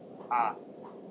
ah